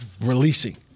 releasing